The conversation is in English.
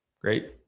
great